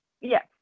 Yes